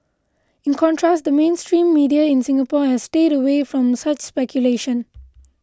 in contrast the mainstream media in Singapore has stayed away from such speculation